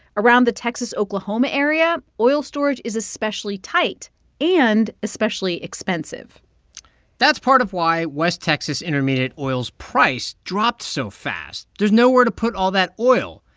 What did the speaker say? around the texas-oklahoma area, oil storage is especially tight and especially expensive that's part of why west texas intermediate oil's price dropped so fast. there's nowhere to put all that oil.